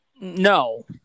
No